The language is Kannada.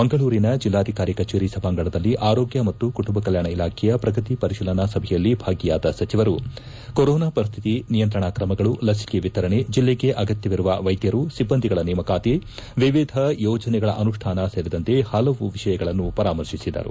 ಮಂಗಳೂರಿನ ಜಿಲ್ಲಾಧಿಕಾರಿ ಕಭೇರಿ ಸಭಾಂಗಣದಲ್ಲಿ ಆರೋಗ್ಯ ಮತ್ತು ಕುಟುಂಬ ಕಲ್ಕಾಣ ಇಲಾಖೆಯ ಪ್ರಗತಿ ಪರಿಶೀಲನಾ ಸಭೆಯಲ್ಲಿ ಭಾಗಿಯಾದ ಸಚಿವರು ಕೊರೊನಾ ಪರಿಸ್ಥಿತಿ ನಿಯಂತ್ರಣಾ ಕ್ರಮಗಳು ಲಸಿಕೆ ವಿತರಣೆ ಜಲ್ಲೆಗೆ ಅಗತ್ತವಿರುವ ವೈದ್ಯರು ಸಿಬ್ಬಂದಿಗಳ ನೇಮಕಾತಿ ವಿವಿಧ ಯೋಜನೆಗಳ ಅನುಷ್ಠಾನ ಸೇರಿದಂತೆ ಹಲವು ವಿಷಯಗಳನ್ನು ಪರಾಮರ್ಶಿಸಿದರು